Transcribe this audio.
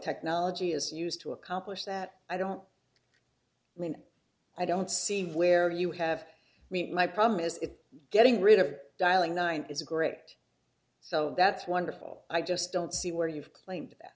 technology is used to accomplish that i don't when i don't see where you have me my problem is it getting rid of dialing nine is a great so that's wonderful i just don't see where you've claimed that